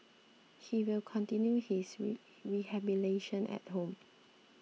he will continue his rehabilitation at home